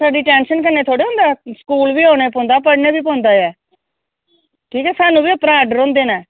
छड़ी टैंशन कन्नैं थोह्ड़ी होंदा स्कूल बी औनां पौंदा ऐ पढ़नां बी पौंदा ऐ ठीक ऐ स्हानू बी उप्परा दा आर्डर होंदे नै